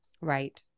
right